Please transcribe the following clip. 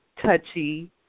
touchy